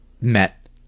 met